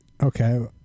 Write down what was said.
okay